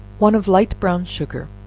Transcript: one of light-brown sugar,